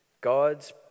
God's